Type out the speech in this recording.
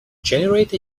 generate